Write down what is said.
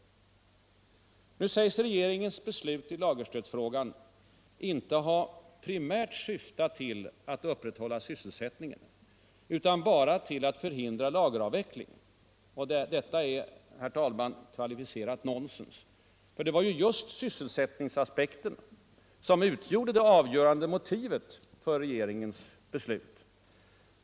Nu sägs regeringens beslut i lagerstödsfrågan inte ha primärt syftat till att upprätthålla sysselsättningen utan bara till att förhindra lageravveckling. Detta är, herr talman, kvalificerat nonsens! Det var ju just sysselsättningsaspekten som utgjorde det avgörande motivet för regeringens beslut.